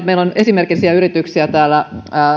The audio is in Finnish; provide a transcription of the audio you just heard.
meillä on esimerkillisiä yrityksiä täällä